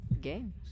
Games